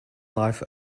life